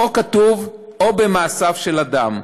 בחוק כתוב: "או במעשיו של אדם".